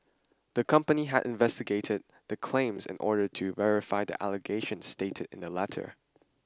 the company had investigated the claims in order to verify the allegations stated in the letter